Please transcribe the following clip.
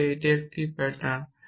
তবে এটি একটি প্যাটার্ন